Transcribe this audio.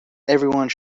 everyone